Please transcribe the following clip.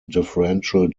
differential